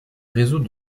réseau